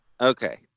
Okay